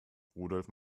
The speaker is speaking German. rudolf